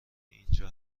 اینجا